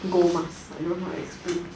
gold mask I don't know how to explain